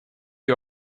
you